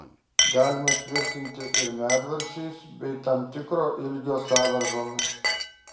galima tvirtinti ir medvaržčiais bei tam tikro ilgio sąvaržomis